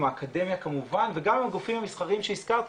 עם האקדמיה כמובן וגם עם הגופים המסחריים שהזכרתי,